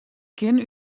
kin